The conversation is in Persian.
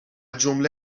جمله